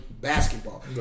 basketball